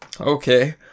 Okay